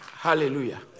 Hallelujah